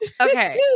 Okay